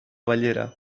bellera